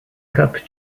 cup